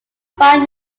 find